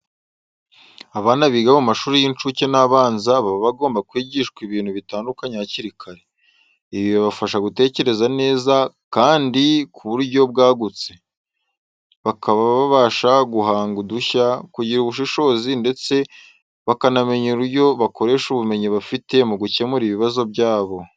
Abana biga mu mashuri y'incuke n'abanza baba bagomba kwigishwa ibintu bitandukanye hakiri kare. Ibi bibafasha gutekereza neza kandi ku buryo bwagutse, bakaba babasha guhanga udushya, kugira ubushishozi ndetse bakanamenya uburyo bakoresha ubumenyi bafite mu gukemura ibibazo byabo.